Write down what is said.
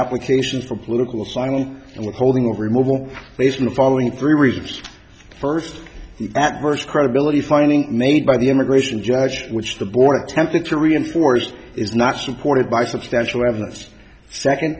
example cations for political asylum and withholding of removal based on the following three reasons first the adverse credibility finding made by the immigration judge which the board attempted to reinforce is not supported by substantial evidence second